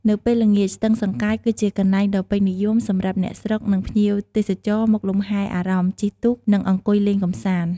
នៅពេលល្ងាច ស្ទឹងសង្កែគឺជាកន្លែងដ៏ពេញនិយមសម្រាប់អ្នកស្រុក និងភ្ញៀវទេសចរមកលំហែអារម្មណ៍ ជិះទូក ឬអង្គុយលេងកម្សាន្ត។